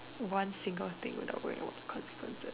one single thing without going about the consequences